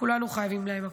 כולנו חייבים להם הכול.